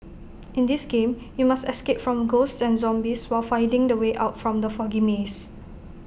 in this game you must escape from ghosts and zombies while finding the way out from the foggy maze